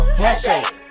handshake